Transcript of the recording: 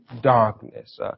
darkness